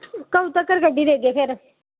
कदूं तक्कर कड्ढी देगे फिर